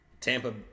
Tampa